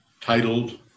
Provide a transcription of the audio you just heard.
titled